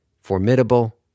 formidable